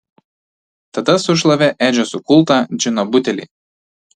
tada sušlavė edžio sukultą džino butelį